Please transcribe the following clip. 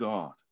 God